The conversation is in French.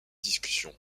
discussions